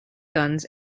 guns